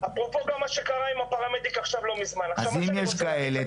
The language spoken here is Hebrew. אפרופו גם מה שקרה עם הפרמדיק עכשיו לא מזמן -- אז אם יש כאלה,